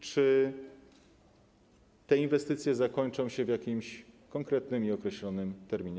Czy te inwestycje zakończą się w jakimś konkretnym i określonym terminie?